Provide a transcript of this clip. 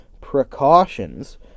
precautions